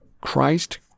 Christ